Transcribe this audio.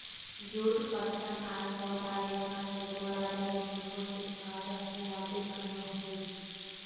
जुट, पटसन आर पौधा रेशा से बोरा, दरी, तंबू, तिरपाल रस्सी आदि बनय हई